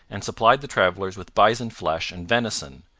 and supplied the travellers with bison flesh and venison,